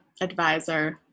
advisor